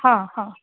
हा हा